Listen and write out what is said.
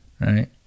Right